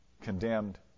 condemned